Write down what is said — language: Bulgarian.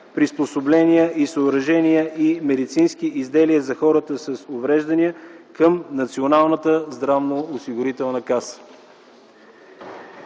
приспособления, съоръжения и медицински изделия за хората с увреждания към Националната здравноосигурителна каса.